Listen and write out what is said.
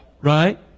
Right